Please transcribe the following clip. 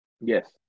yes